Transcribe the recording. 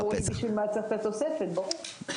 לכן לא ברור בשביל מה צריך את התוספת, ברור.